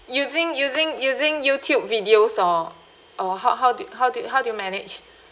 using using using youtube videos or or how how do how do you how do you manage